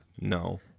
no